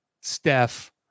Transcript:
Steph